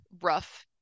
rough